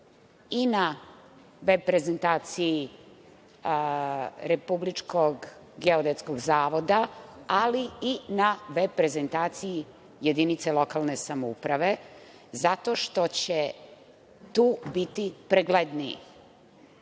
i na reprezentaciji Republičkog geodetskog zavoda, ali i na reprezentaciji jedinice lokalne samouprave, zato što će tu biti pregledniji.